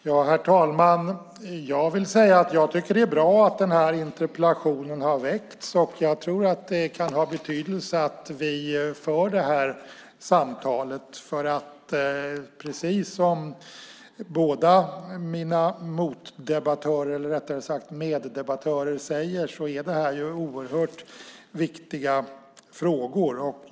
Herr talman! Det är bra att interpellationen har väckts. Jag tror att det kan ha betydelse att vi för det här samtalet. Precis som båda mina meddebattörer säger är det här oerhört viktiga frågor.